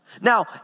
Now